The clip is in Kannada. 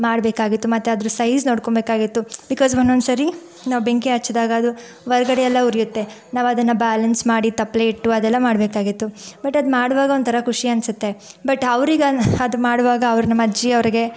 ಮಾಡಬೇಕಾಗಿತ್ತು ಮತ್ತು ಅದರ ಸೈಝ್ ನೋಡ್ಕೊಬೇಕಾಗಿತ್ತು ಬಿಕಾಸ್ ಒಂದೊಂದ್ಸರಿ ನಾವು ಬೆಂಕಿ ಹಚ್ಚಿದಾಗ ಅದು ಹೊರ್ಗಡೆ ಎಲ್ಲ ಉರಿಯುತ್ತೆ ನಾವು ಅದನ್ನು ಬ್ಯಾಲೆನ್ಸ್ ಮಾಡಿ ತಪ್ಪಲೆ ಇಟ್ಟು ಅದೆಲ್ಲ ಮಾಡಬೇಕಾಗಿತ್ತು ಬಟ್ ಅದು ಮಾಡುವಾಗ ಒಂಥರ ಖುಷಿ ಅನಿಸತ್ತೆ ಬಟ್ ಅವ್ರಿಗೆ ಅದು ಮಾಡುವಾಗ ಅವ್ರು ನಮ್ಮ ಅಜ್ಜಿಯವರಿಗೆ